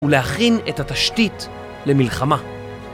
‫ולהכין את התשתית למלחמה.